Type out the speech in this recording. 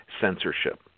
censorship